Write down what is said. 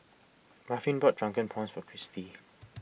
Ruffin bought Drunken Prawns for Cristy